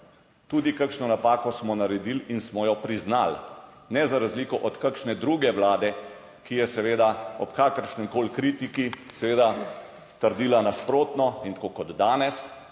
tudi kakšno napako smo naredili in smo jo priznali, ne za razliko od kakšne druge Vlade, ki je seveda ob kakršnikoli kritiki seveda trdila nasprotno in tako kot danes